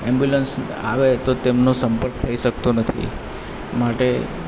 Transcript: ambulance આવે તો તેમનો સંપર્ક થઈ શકતો નથી માટે